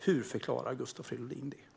Hur förklarar Gustav Fridolin detta?